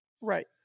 Right